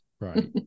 Right